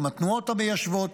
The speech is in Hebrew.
עם התנועות המיישבות,